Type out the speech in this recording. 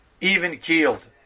even-keeled